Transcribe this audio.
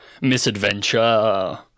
misadventure